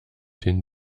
den